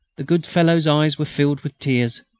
the good fellow's eyes were filled with tears.